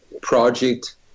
project